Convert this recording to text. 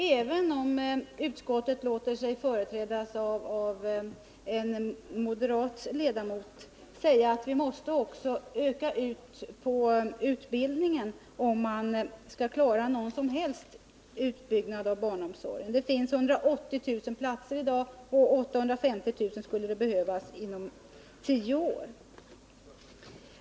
Även om utskottet låter sig företrädas av en moderat ledamot borde det stå klart att vi också måste öka utbildningen, om vi skall kunna klara någon som helst utbyggnad av barnomsorgen. Det finns 180 000 daghemsplatser i dag och 850 000 kommer att behövas inom tio år.